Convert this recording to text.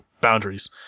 boundaries